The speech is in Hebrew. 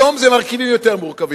היום זה מרכיבים יותר מורכבים.